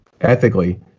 ethically